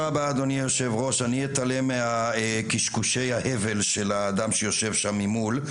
אני אתעלם מקשקושי ההבל של האדם שיושב שם ממול,